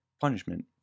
punishment